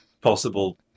possible